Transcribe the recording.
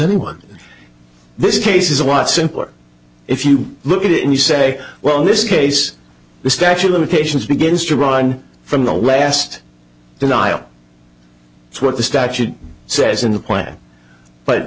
anyone in this case is why it's simpler if you look at it and you say well in this case the statue of limitations begins to run from the last denial what the statute says in the plan but